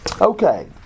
Okay